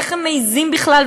ואיך הם מעזים בכלל,